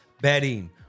betting